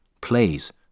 plays